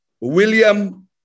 William